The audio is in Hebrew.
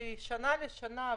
משנה לשנה,